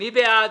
מי בעד?